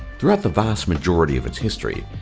throughout the vast majority of its history,